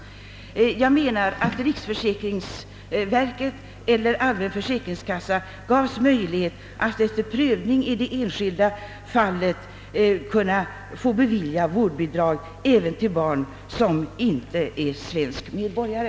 Jag menar att riksförsäkringsverket eller allmän försäkringskassa kunde få möjlighet att efter prövning i det särskilda fallet bevilja vårdbidrag även till sådant barn som inte är svensk medborgare.